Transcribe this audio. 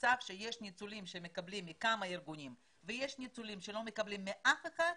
המצב שיש ניצולים שמקבלים מכמה ארגונים ויש ניצולי שלא מקבלים מאף אחד,